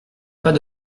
pas